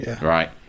Right